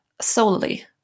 solely